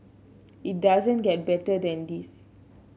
it doesn't get better than this